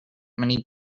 many